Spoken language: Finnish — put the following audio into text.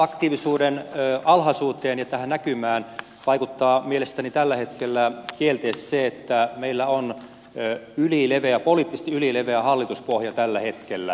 äänestysaktiivisuuden alhaisuuteen ja tähän näkymään vaikuttaa mielestäni tällä hetkellä kielteisesti se että meillä on poliittisesti ylileveä hallituspohja tällä hetkellä